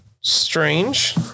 strange